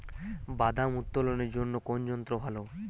বাদাম উত্তোলনের জন্য কোন যন্ত্র ভালো?